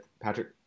Patrick